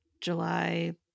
July